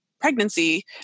pregnancy